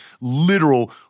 literal